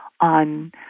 on